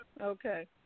Okay